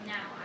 Now